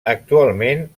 actualment